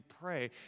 pray